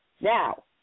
Now